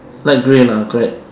light grey lah correct